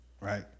Right